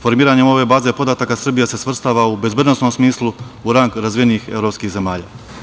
Formiranjem ove baze podataka Srbija se svrstava u bezbednosnom smislu u rang razvijenih evropskih zemalja.